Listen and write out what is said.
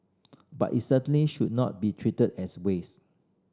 but it certainly should not be treated as waste